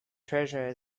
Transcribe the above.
treasure